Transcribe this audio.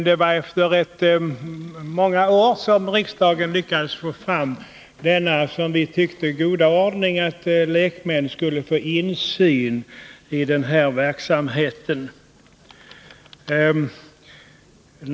Det var efter många år som riksdagen lyckades få fram den som vi tyckte goda ordningen att lekmän skulle få insyn i denna verksamhet.